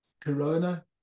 Corona